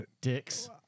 Dicks